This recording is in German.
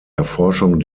erforschung